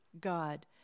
God